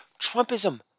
Trumpism